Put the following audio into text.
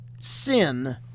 sin